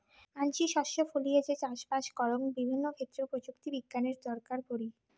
মানসি শস্য ফলিয়ে যে চাষবাস করং বিভিন্ন ক্ষেত্রে প্রযুক্তি বিজ্ঞানের দরকার পড়ি